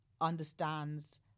understands